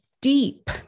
deep